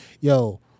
Yo